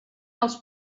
els